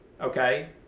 okay